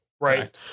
right